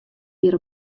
jier